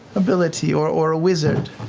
ability, or or a wizard.